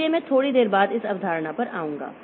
इसलिए मैं थोड़ी देर बाद इस अवधारणा पर आऊंगा